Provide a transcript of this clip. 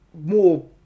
more